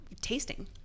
tasting